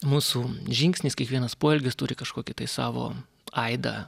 mūsų žingsnis kiekvienas poelgis turi kažkokį tai savo aidą